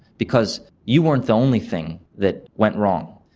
because you weren't the only thing that went wrong,